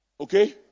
okay